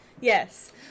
Yes